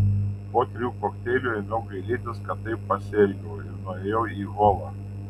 po trijų kokteilių ėmiau gailėtis kad taip pasielgiau ir nuėjau į holą